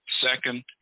Second